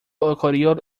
ocurrió